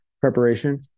preparation